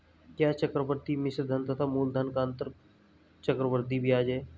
क्या चक्रवर्ती मिश्रधन तथा मूलधन का अंतर चक्रवृद्धि ब्याज है?